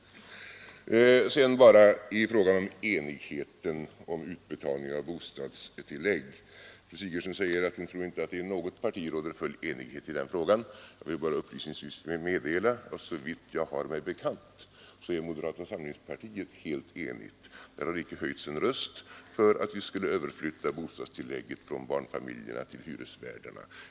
Jag vill sedan säga några ord om enigheten när det gäller utbetalning av bostadstillägg. Fru Sigurdsen säger att hon inte tror att det i något parti råder full enighet i den frågan. Jag vill då bara upplysningsvis meddela att såvitt jag har mig bekant är moderata samlingspartiet helt enigt. Inom detta har inte höjts en röst för att vi skulle flytta bostadstillägget från barnfamiljerna till hyresvärdarna.